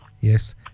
yes